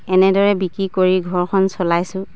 এনেদৰে বিক্ৰী কৰি ঘৰখন চলাইছোঁ